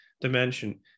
dimension